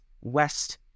west